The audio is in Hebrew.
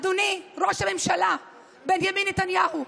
אדוני ראש הממשלה בנימין נתניהו,